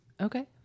Okay